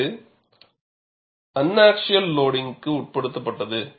இது an axial லோடிங்க்குக்கு உட்பட்டது